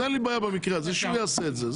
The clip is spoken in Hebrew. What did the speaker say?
במקרה הזה אין לי בעיה שהוא יעשה את זה.